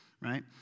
right